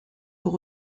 pour